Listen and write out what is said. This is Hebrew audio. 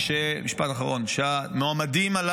משפט אחרון.